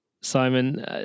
Simon